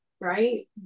right